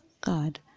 God